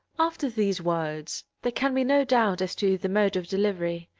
after these words there can be no doubt as to the mode of delivery.